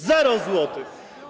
Zero złotych.